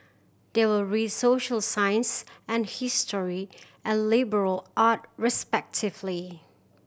they will read social science and history and liberal art respectively